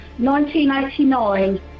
1989